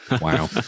Wow